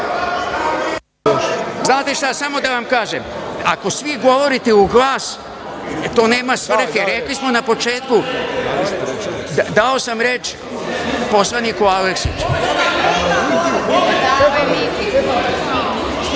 šta, samo da vam kažem, ako svi govorite uglas, to nema svrhe. Rekli smo na početku, dao sam reč poslaniku Aleksiću.